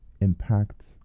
impacts